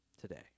today